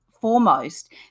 foremost